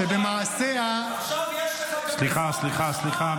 -- שבמעשיה ------ סליחה, סליחה.